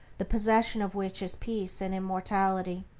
the possession of which is peace and immortality.